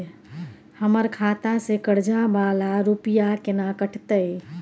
हमर खाता से कर्जा वाला रुपिया केना कटते?